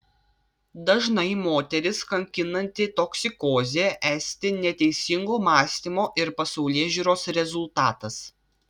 dažnai moteris kankinanti toksikozė esti neteisingo mąstymo ir pasaulėžiūros rezultatas